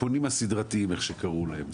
הפונים הסדרתיים כפי שקוראים להם.